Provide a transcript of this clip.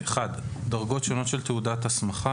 (1)דרגות שונות של תעודות הסמכה,